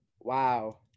Wow